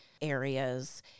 areas